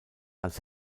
als